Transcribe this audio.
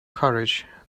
courage